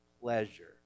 pleasure